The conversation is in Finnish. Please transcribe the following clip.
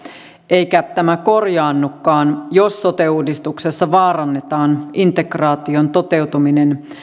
eikä tämä korjaannukaan jos sote uudistuksessa vaarannetaan integraation toteutuminen